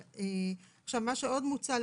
מה שעוד מוצע,